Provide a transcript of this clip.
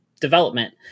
development